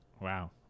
Wow